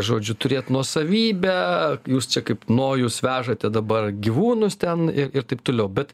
žodžiu turėt nuosavybę jūs kaip nojus vežate dabar gyvūnus ten ir ir taip toliau bet